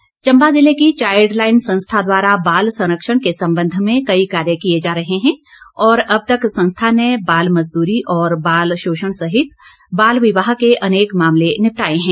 संस्था चम्बा जिले की चाईल्ड लाईन संस्था द्वारा बाल संरक्षण के संबंध में कई कार्य किए जा रहे हैं और अब तक संस्था ने बाल मजदूरी बाल शोषण सहित बाल विवाह के अनेक मामले निपटाए हैं